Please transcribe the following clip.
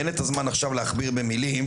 אין לי את הזמן עכשיו להכביר במילים,